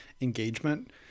engagement